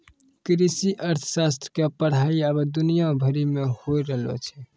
कृषि अर्थशास्त्र के पढ़ाई अबै दुनिया भरि मे होय रहलो छै